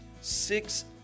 six